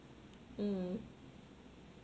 mm